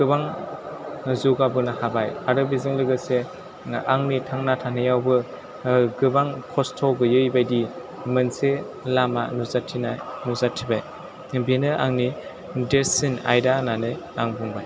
गोबां जौगाबोनो हाबाय आरो बेजों लोगोसे आंनि थांना थानायावबो गोबां खस्थ' गैयैबायदि मोनसे लामा नुजाथिनाय नुजाथिबाय बेनो आंनि देरसिन आयदा होन्नानै आं बुंबाय